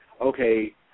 Okay